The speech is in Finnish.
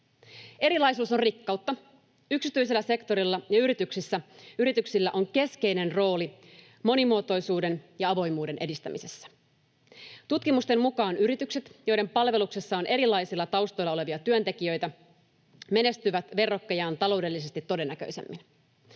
Erilaisuus on rikkautta. Yksityisellä sektorilla ja yrityksillä on keskeinen rooli monimuotoisuuden ja avoimuuden edistämisessä. Tutkimusten mukaan yritykset, joiden palveluksessa on erilaisilla taustoilla olevia työntekijöitä, menestyvät verrokkejaan todennäköisemmin